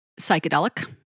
psychedelic